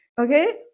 Okay